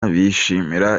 bishimira